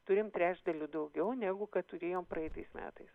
turim trečdaliu daugiau negu kad turėjom praeitais metais